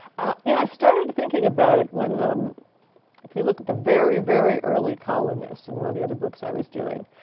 and i started thinking about it when, um if you look at the very very early colonists in one of the other books i was doing,